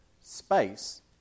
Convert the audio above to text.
space